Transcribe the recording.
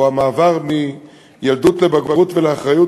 או המעבר מילדות לבגרות ולאחריות,